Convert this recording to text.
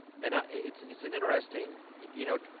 and it's it's an interesting you know,